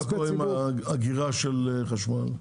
מה קורה עם אגירה של חשמל?